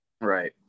Right